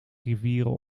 rivieren